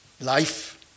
life